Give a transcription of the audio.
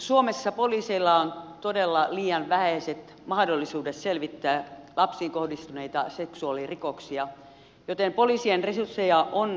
suomessa poliiseilla on todella liian vähäiset mahdollisuudet selvittää lapsiin kohdistuneita seksuaalirikoksia joten poliisien resursseja on lisättävä